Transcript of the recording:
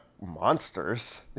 monsters